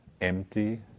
empty